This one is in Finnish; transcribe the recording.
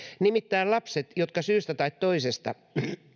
nimittäin lapset jotka syystä tai toisesta